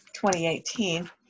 2018